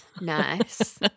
Nice